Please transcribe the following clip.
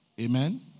Amen